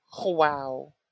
wow